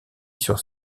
sur